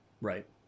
right